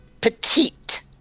Petite